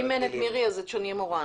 אם אין לנו את מירי, שני מורן.